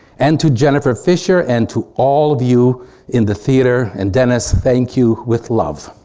and to jennifer fischer and to all of you in the theater and dennis thank you with love.